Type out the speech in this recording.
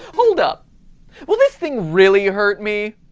hold up will this thing really hurt me?